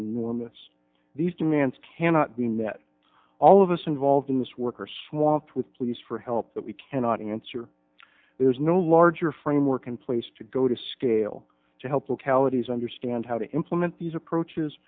enormous these demands cannot be met all of us involved in this work are swamped with pleas for help that we cannot answer there is no larger framework in place to go to scale to help localities understand how to implement these approaches